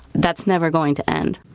that's never going to end.